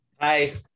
Hi